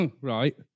right